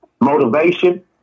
motivation